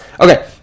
okay